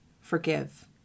forgive